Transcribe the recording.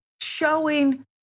showing